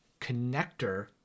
connector